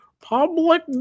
public